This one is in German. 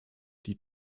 die